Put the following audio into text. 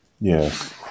yes